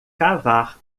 cavar